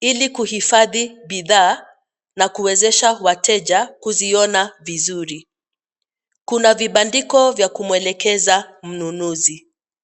ili kuhifadhi bidhaa na kuwezesha wateja kuziona vizuri. Kuna vibandiko vya kumwelekeza mnunuzi.